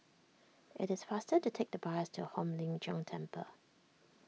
it is faster to take the bus to Hong Lim Jiong Temple